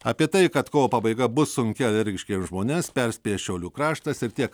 apie tai kad kovo pabaiga bus sunki alergiškiems žmonėms perspėja šiaulių kraštas ir tiek